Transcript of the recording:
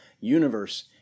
universe